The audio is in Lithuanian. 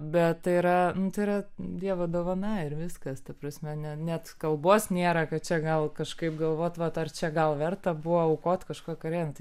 bet tai yra tai yra dievo dovana ir viskas ta prasme ne net kalbos nėra kad čia gal kažkaip galvot vat ar čia gal verta buvo aukoti kažką karjerai